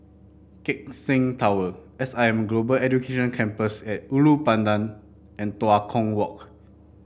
Keck Seng Tower S I M Global Education Campus at Ulu Pandan and Tua Kong Walk